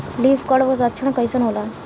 Leaf curl लक्षण कइसन होला?